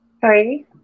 sorry